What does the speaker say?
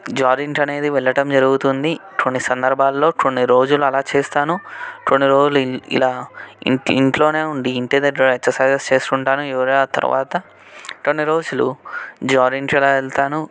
జాగింగ్కి అనేది వెళ్ళటం జరుగుతుంది కొన్ని సందర్భాల్లో కొన్ని రోజులు అలా చేస్తాను కొన్ని రోజులు ఇలా ఇంటి ఇంట్లోనే ఉండి ఇంటి దగ్గర ఎక్ససైజెస్ చేస్తుంటాను యోగా తరువాత కొన్ని రోజులు జాగింగ్కి అలా వెళతాను